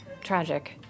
Tragic